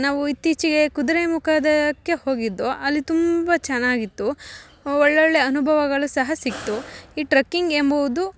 ನಾವು ಇತ್ತೀಚೆಗೆ ಕುದುರೆ ಮುಖಕ್ಕೆ ಹೋಗಿದ್ದು ಅಲ್ಲಿ ತುಂಬ ಚೆನ್ನಾಗಿತ್ತು ಒಳ್ಳೊಳ್ಳೆ ಅನುಭವಗಳು ಸಹ ಸಿಕ್ತು ಈ ಟ್ರಕ್ಕಿಂಗ್ ಎಂಬುವುದು